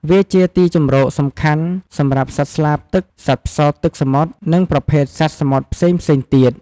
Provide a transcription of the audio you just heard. វាជាទីជម្រកសំខាន់សម្រាប់សត្វស្លាបទឹក សត្វផ្សោតទឹកសមុទ្រ និងប្រភេទសត្វសមុទ្រផ្សេងៗទៀត។